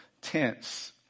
tents